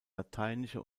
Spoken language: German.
lateinische